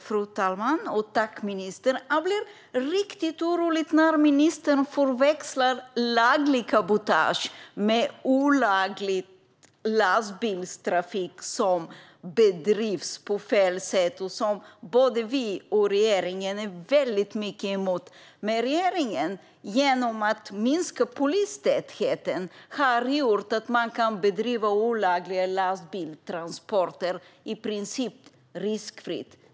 Fru talman! Jag blir riktigt orolig när ministern förväxlar laglig cabotageverksamhet med olaglig lastbilstrafik, som bedrivs på fel sätt och som både vi och regeringen är väldigt mycket emot. Men regeringen har genom att minska polistätheten gjort så att man kan bedriva olagliga lastbilstransporter i princip riskfritt.